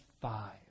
five